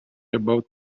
about